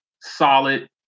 solid